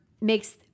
makes